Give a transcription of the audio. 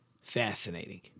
fascinating